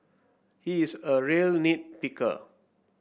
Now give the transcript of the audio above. he is a real nit picker